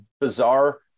bizarre